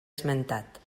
esmentat